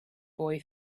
boy